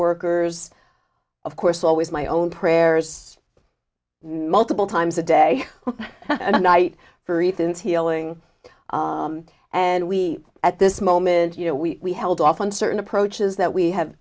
workers of course always my own prayers multiple times a day and night for ethan's healing and we at this moment you know we held off on certain approaches that we have